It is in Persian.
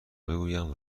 بگویم